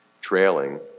trailing